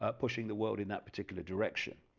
ah pushing the world in that particular direction